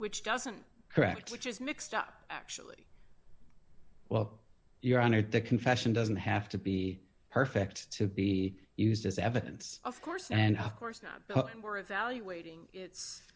which doesn't correct which is mixed up actually well your honor the confession doesn't have to be perfect to be used as evidence of course and of course not worth valuating it's